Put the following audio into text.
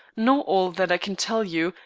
know all that i can tell you,